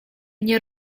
nie